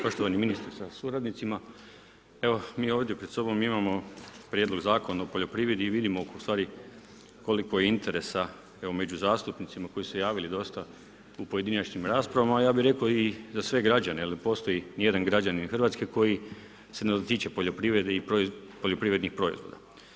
Poštovani ministre sa suradnicima, evo mi ovdje pred sobom imamo Prijedlog Zakona o poljoprivredi i vidimo u stvari koliko je interesa među zastupnicima koji su se javili dosta u pojedinačnim raspravama, ja bih rekao i za sve građane jer ne postoji ne jedan građanin RH kojeg se ne dotiče poljoprivreda i poljoprivredni proizvodi.